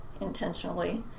intentionally